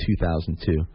2002